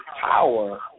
power